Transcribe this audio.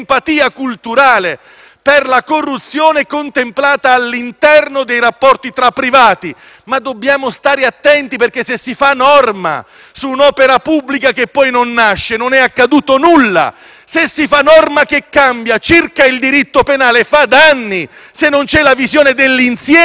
per la corruzione contemplata all'interno dei rapporti tra privati, ma dobbiamo stare attenti perché, se si fa norma su un'opera pubblica che poi non nasce, non è accaduto nulla; se si fa norma che cambia il diritto penale, si fanno danni se non c'è la visione dell'insieme della conseguenza.